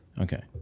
Okay